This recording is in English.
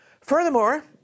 Furthermore